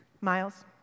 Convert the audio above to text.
Miles